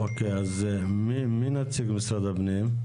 מי נציג משרד הפנים?